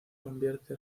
convierte